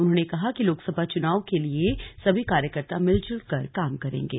उन्होंने कहा कि लोकसभा चुनाव के लिए सभी कार्यकर्ता मिलजुल कर काम करेंगे